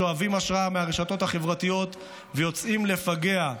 שואבים השראה מהרשתות החברתיות ויוצאים לפגע.